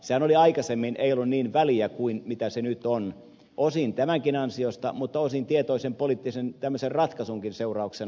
sillähän ei aikaisemmin ollut niin väliä kuin nyt on osin tämänkin ansiosta mutta osin tämmöisen tietoisen poliittisen ratkaisunkin seurauksena